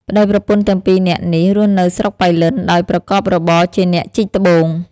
ប្ដីប្រពន្ធទាំងពីរនាក់នេះ រស់នៅស្រុកប៉ៃលិនដោយប្រកបរបរជាអ្នកជីកត្បូង។